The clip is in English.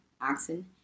oxen